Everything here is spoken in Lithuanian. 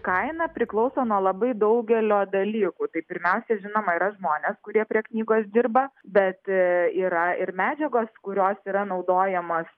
kaina priklauso nuo labai daugelio dalykų tai pirmiausia žinoma yra žmonės kurie prie knygos dirba bet yra ir medžiagos kurios yra naudojamos